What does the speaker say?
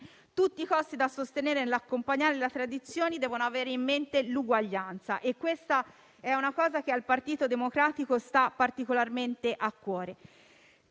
Tutti i costi da sostenere per accompagnare la transizione devono avere in mente l'uguaglianza, e questo è un aspetto che al Partito Democratico sta particolarmente a cuore.